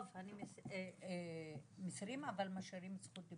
טוב, מסירים אבל משאירים זכות דיבור.